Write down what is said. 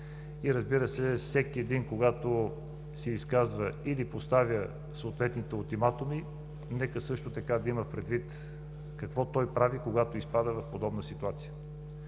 и, разбира се, всеки един, когато се изказва или поставя съответните ултиматуми, нека също така да има предвид какво той прави, когато изпада в подобна ситуация.